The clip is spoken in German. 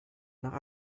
nach